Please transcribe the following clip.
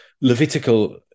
Levitical